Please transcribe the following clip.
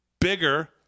bigger